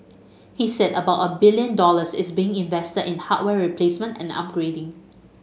he said about a billion dollars is being invested in hardware replacement and upgrading